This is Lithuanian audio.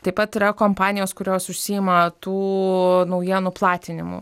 taip pat yra kompanijos kurios užsiima tų naujienų platinimu